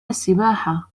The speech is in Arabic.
السباحة